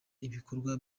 ibikorwa